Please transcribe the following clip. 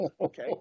okay